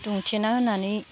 दुमथेना होनानै